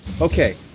Okay